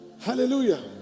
Hallelujah